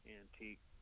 antique